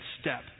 step